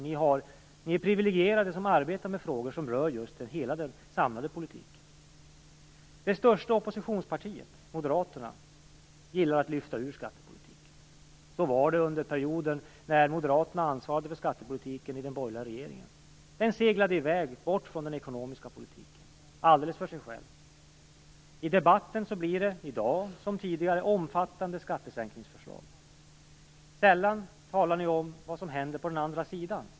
Ni är priviligierade som arbetar med frågor som rör hela den samlade politiken. Det största oppositionspartiet, Moderaterna, gillar att lyfta ut skattepolitiken. Så var det under perioden när Moderaterna ansvarade för skattepolitiken i den borgerliga regeringen. Den seglade i väg, bort från den ekonomiska politiken, alldeles för sig själv. I debatten kommer det, i dag liksom tidigare, omfattande skattesänkningsförslag. Sällan talar ni om vad som händer på den andra sidan.